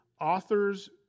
authors